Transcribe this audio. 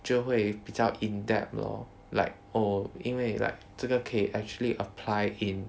就会比较 in depth lor like oh 因为 like 这个可以 actually apply in